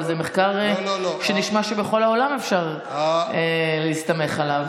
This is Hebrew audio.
אבל זה מחקר שנשמע שבכל העולם אפשר להסתמך עליו.